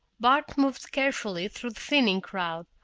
bart moved carefully through the thinning crowd,